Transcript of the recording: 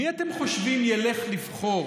מי אתם חושבים ילך לבחור